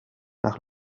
nach